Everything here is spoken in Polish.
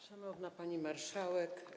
Szanowna Pani Marszałek!